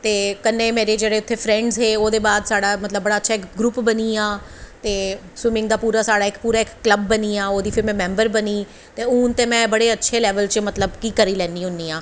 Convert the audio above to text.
ते कन्नैं मेरे जेह्ड़े इत्थें फ्रैंडस हे ओह्दे बाद साढ़ा इक मतलव बड़ा अच्छा ग्रुप बनीया ते स्विमिंग दा साढ़ा पूरा इक कल्व बनियां ओह्दी फिर में मैंबर बनी ते हून ते में बड़े अच्छे मतलव लैवल च करी लैन्नी होनीं आं